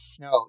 no